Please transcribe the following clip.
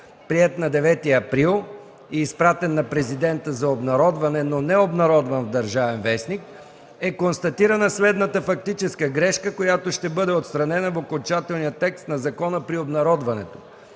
приет на 9 април и изпратен на президента за обнародване, но не е обнародван в „Държавен вестник”, е констатирана следната фактическа грешка, която ще бъде отстранена в окончателния текст на закона при обнародването: